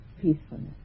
peacefulness